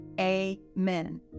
Amen